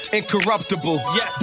incorruptible